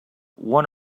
one